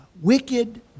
wicked